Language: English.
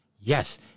Yes